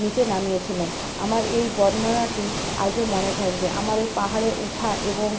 নিচে নামিয়েছিলেন আমার এই বর্ণনাটি আজও মনে থাকবে আমার ওই পাহাড়ে ওঠা এবং